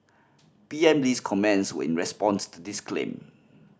P M Lee's comments were in response to this claim